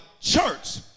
church